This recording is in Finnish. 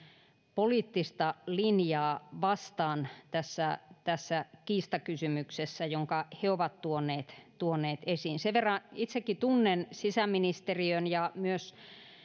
poliittista linjaa vastaan tässä tässä kiistakysymyksessä jonka he ovat tuoneet tuoneet esiin sen verran itsekin tunnen sisäministeriön ja myös